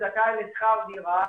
קודם כל לזהות את החסמים ולהסירם.